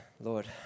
Lord